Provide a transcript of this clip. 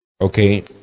Okay